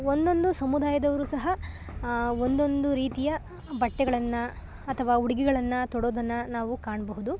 ಒಂದೊಂದು ಸಮುದಾಯದವರು ಸಹ ಒಂದೊಂದು ರೀತಿಯ ಬಟ್ಟೆಗಳನ್ನು ಅಥವಾ ಉಡ್ಗೆಗಳನ್ನು ತೊಡೋದನ್ನು ನಾವು ಕಾಣಬಹುದು